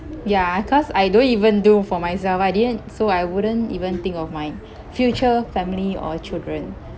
ya cause I don't even do for myself I didn't so I wouldn't even think of my future family or children